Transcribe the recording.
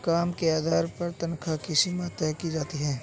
काम के आधार पर तन्ख्वाह की सीमा तय की जाती है